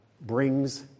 brings